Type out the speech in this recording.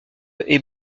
est